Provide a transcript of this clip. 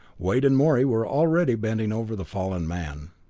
wade and morey were already bending over the fallen man.